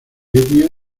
etnia